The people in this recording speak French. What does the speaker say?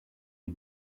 les